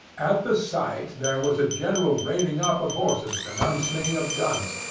at the sight there was a general reining up of horses and unslinging of guns,